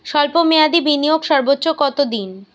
স্বল্প মেয়াদি বিনিয়োগ সর্বোচ্চ কত দিন?